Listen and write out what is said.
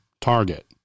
target